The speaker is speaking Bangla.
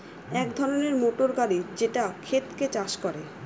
এক ধরনের মোটর গাড়ি যেটা ক্ষেতকে চাষ করে